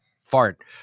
fart